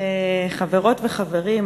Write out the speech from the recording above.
חברות וחברים,